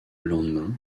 lendemain